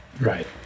Right